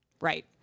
Right